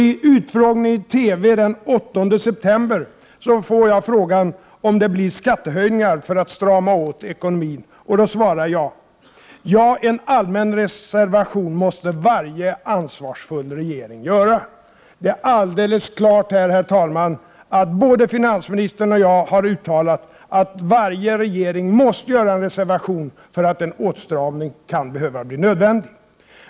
I utfrågningen i TV den 8 september får jag frågan om det blir skattehöjningar för att strama åt ekonomin. Då svarar jag: Ja, en allmän reservation måste varje ansvarsfull regering göra. Det är alldeles klart, herr talman, att både finansministern och jag har uttalat att varje regering måste göra en reservation för att en åtstramning kan bli nödvändig.